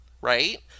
right